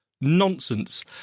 nonsense